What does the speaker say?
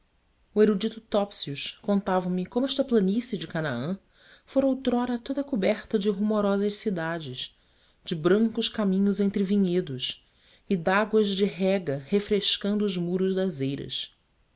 o erudito topsius contava-me como esta planície de canaã fora outrora toda coberta de rumorosas cidades de brancos caminhos entre vinhedos e de águas de rega refrescando os muros das eiras